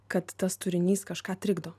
kad tas turinys kažką trikdo